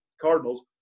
Cardinals